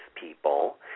people